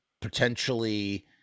potentially